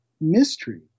mystery